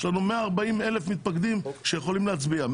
יש לנו 140 אלף מתפקדים שיכולים להצביע.